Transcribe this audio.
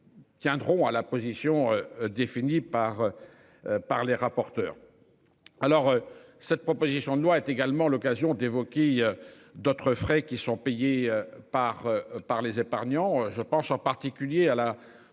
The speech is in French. Tiendront à la position définie par. Par les rapporteurs. Alors cette proposition de loi est également l'occasion d'évoquer d'autres frais qui sont payés par par les épargnants. Je pense en particulier à la